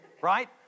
right